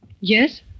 Yes